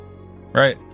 right